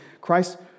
Christ